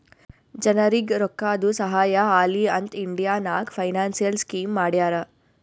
ಜನರಿಗ್ ರೋಕ್ಕಾದು ಸಹಾಯ ಆಲಿ ಅಂತ್ ಇಂಡಿಯಾ ನಾಗ್ ಫೈನಾನ್ಸಿಯಲ್ ಸ್ಕೀಮ್ ಮಾಡ್ಯಾರ